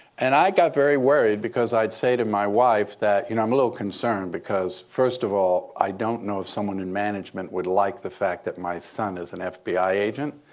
and i got very worried because i'd say to my wife that, you know, i'm a little concerned because first of all, i don't know if someone in management would like the fact that my son is an fbi agent.